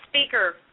speaker